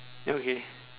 ya okay